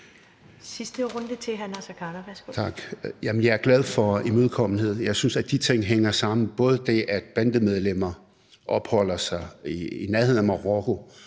Naser Khader (KF): Tak. Jamen jeg er glad for imødekommenheden. Jeg synes, at de ting hænger sammen: Bandemedlemmer opholder sig i nærheden af Marokko,